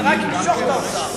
זה רק ימשוך את האוצר.